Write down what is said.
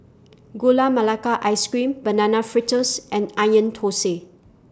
Gula Melaka Ice Cream Banana Fritters and Onion Thosai